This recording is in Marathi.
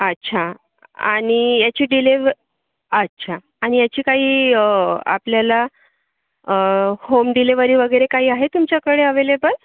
अच्छा आणि याची डिलिव अच्छा आणि याची काही आपल्याला होम डिलिवरी वगैरे काही आहे तुमच्याकडे अवेलेबल